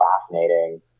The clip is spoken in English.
fascinating